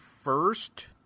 first